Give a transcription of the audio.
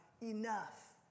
enough